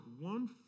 one